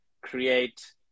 create